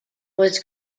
was